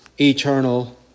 eternal